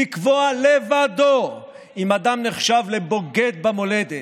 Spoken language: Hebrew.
לקבוע לבדו אם אדם נחשב לבוגד במולדת,